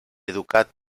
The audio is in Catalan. educat